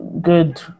good